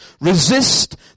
Resist